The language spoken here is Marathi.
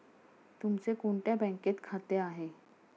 तुमचे कोणत्या बँकेत खाते आहे?